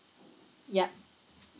yup